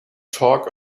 talk